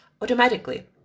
automatically